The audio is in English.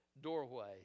doorway